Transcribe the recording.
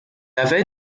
avait